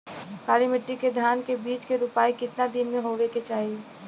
काली मिट्टी के धान के बिज के रूपाई कितना दिन मे होवे के चाही?